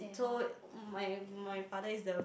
so my my father is the